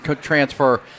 transfer